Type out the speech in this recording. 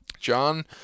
John